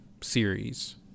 series